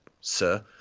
sir